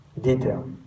detail